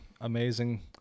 amazing